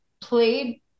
played